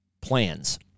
plans